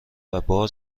خانمان